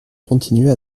continuer